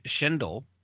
Schindel